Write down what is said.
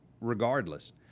regardless